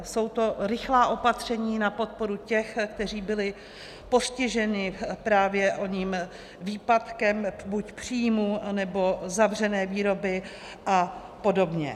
Jsou to rychlá opatření na podporu těch, kteří byli postiženi právně oním výpadkem buď příjmů, anebo zavřené výroby a podobně.